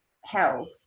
health